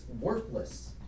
worthless